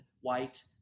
white